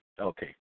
Okay